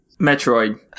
Metroid